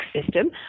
system